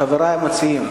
חברי המציעים?